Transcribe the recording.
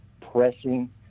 pressing